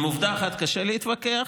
עם עובדה אחת קשה להתווכח,